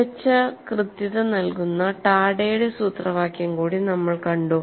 മികച്ച കൃത്യത നൽകുന്ന ടാഡയുടെ സൂത്രവാക്യംTadas formula കൂടി നമ്മൾ കണ്ടു